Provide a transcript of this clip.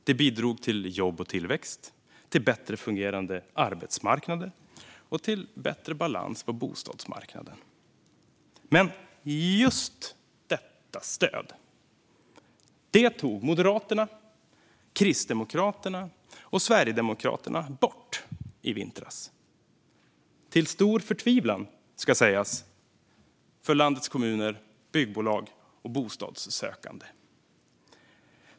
Det bidrog till jobb och tillväxt, till en bättre fungerande arbetsmarknad och till bättre balans på bostadsmarknaden. Men just detta stöd tog Moderaterna, Kristdemokraterna och Sverigedemokraterna bort i vintras - till stor förtvivlan, ska sägas, för landets kommuner, byggbolag och bostadssökande.